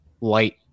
light